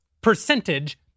percentage